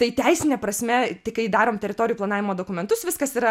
tai teisine prasme tai kai darom teritorijų planavimo dokumentus viskas yra